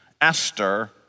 Esther